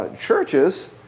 churches